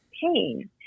pain